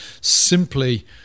simply